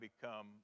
become